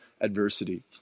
adversity